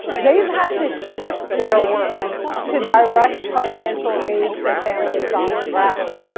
they've had to shift their work to direct financial aid to families on the ground.